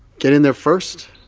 get in there first?